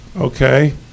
Okay